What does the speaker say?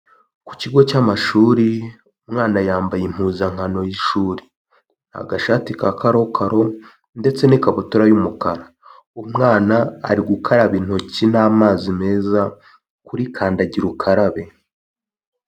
Ku kigo cy'amashuri umwana yambaye impuzankano y'ishuri, agashati ka karokaro ndetse n'ikabutura y'umukara, umwana ari gukaraba intoki n'amazi meza kuri kandagira ukarabe.